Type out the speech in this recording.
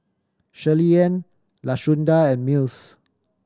Shirleyann Lashunda and Mills